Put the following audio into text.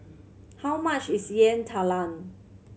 how much is Yam Talam